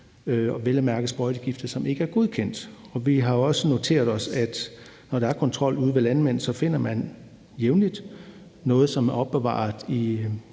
at mærke sprøjtegifte, som ikke er godkendt. Vi har også noteret os, at når der er kontrol ude ved landmændene, finder man jævnligt noget, som er opbevaret,